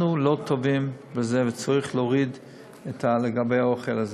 אנחנו לא טובים בזה, וצריך להוריד באוכל הזה.